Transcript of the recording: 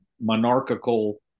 monarchical